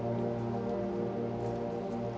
or